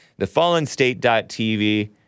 thefallenstate.tv